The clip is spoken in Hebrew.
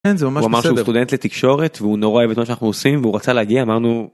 אין זה ממש בסדר. הוא אמר שהוא סטודנט לתקשורת והוא נורא אוהב את מה שאנחנו עושים הוא רצה להגיע אמרנו.